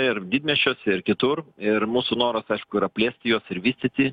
ir didmiesčiuose ir kitur ir mūsų noras aišku yra plėsti juos ir vystyti